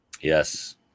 Yes